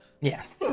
Yes